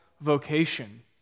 vocation